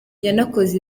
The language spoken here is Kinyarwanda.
yanakoze